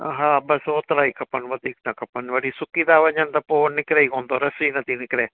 हा बस ओतिरा ई खपनि वधीक न खपनि वरी सुकी था वञण त पोइ निकिरे ई कोन थो रस ई कोन थी निकिरे